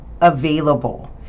available